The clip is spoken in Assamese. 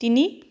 তিনি